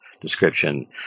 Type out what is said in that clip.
description